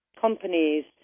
companies